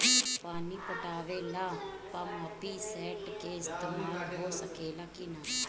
पानी पटावे ल पामपी सेट के ईसतमाल हो सकेला कि ना?